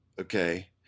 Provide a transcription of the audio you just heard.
okay